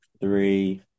three